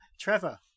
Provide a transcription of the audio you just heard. trevor